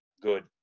good